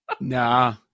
Nah